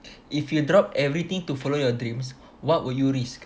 if you drop everything to follow your dreams what would you risk